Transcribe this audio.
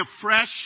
afresh